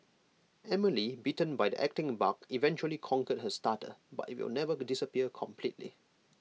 Emily bitten by the acting bug eventually conquered her stutter but IT will never be disappear completely